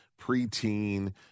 preteen